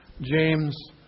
James